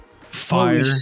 Fire